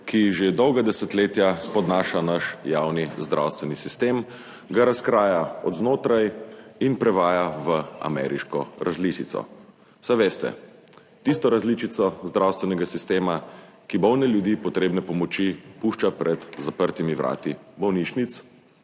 ki že dolga desetletja spodnaša naš javni zdravstveni sistem, ga razkraja od znotraj in prevaja v ameriško različico, saj veste, tisto različico zdravstvenega sistema, ki bolne ljudi, potrebne pomoči, pušča pred zaprtimi vrati bolnišnic,